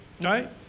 right